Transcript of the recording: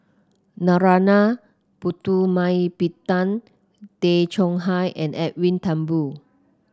Narana Putumaippittan Tay Chong Hai and Edwin Thumboo